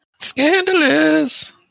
Scandalous